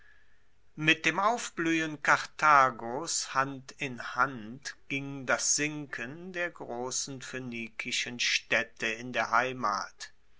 mit dem aufbluehen karthagos hand in hand ging das sinken der grossen phoenikischen staedte in der heimat